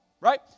right